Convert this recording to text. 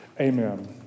Amen